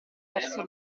verso